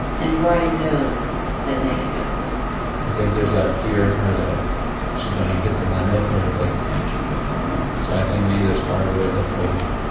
and brian knows that megan knows it i think there's that fear in her that she's going to hit the limit where it's like, we can't turn you up anymore. so i think maybe there's part of her that's like,